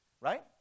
right